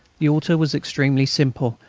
the altar was extremely simple,